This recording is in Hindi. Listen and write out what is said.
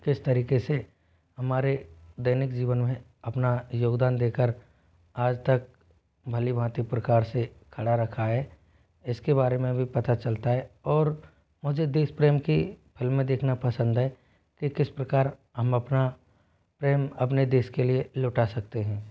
किस तरीके से हमारे दैनिक जीवन में अपना योगदान देकर आज तक भली भाँती प्रकार से खड़ा रखा है इसके बारे में भी पता चलता है और मुझे देश प्रेम की फिल्में देखना पसंद है कि किस प्रकार हम अपना प्रेम अपने देश के लिए लुटा सकते हैं